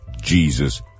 Jesus